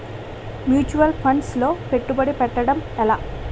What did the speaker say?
Mutual funds లో పెట్టుబడి పెట్టడం ఎలా?